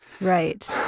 Right